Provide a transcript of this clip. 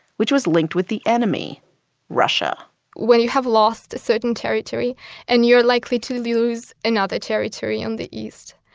which was linked with the enemy russia when you have lost certain territory and you're likely to lose another territory on the east